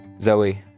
Zoe